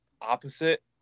opposite